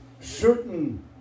certain